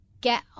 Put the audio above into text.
get